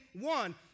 one